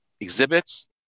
exhibits